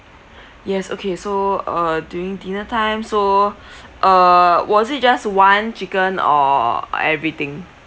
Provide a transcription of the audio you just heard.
yes okay so uh during dinner time so err was it just one chicken or everything